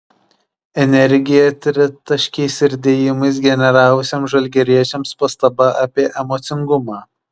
energiją tritaškiais ir dėjimais generavusiems žalgiriečiams pastaba apie emocingumą